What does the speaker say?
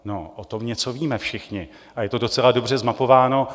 No, o tom něco víme všichni a je to docela dobře zmapováno.